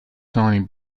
shiny